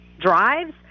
drives